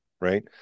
right